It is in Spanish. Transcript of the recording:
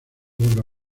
obra